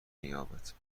مییابد